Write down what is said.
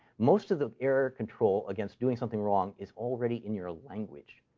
most of the error control against doing something wrong is already in your language.